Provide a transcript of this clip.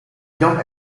jan